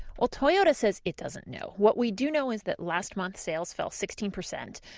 well, toyota says it doesn't know. what we do know is that last month sales fell sixteen percent.